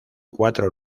cuatro